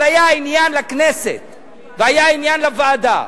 אבל היה עניין לכנסת והיה עניין לוועדה